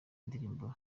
indirimbo